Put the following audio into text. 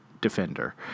defender